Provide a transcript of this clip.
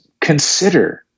consider